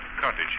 cottage